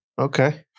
Okay